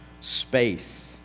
space